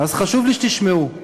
חשוב לי שתשמעו.